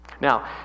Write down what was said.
Now